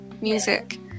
music